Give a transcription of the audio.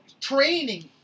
training